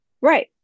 Right